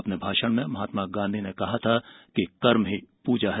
अपने भाषण में महात्मा गांधी ने कहा था कि कर्म ही पूजा है